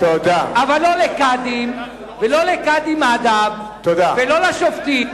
אבל לא לקאדים ולא לקאדים מד'הב ולא לשופטים.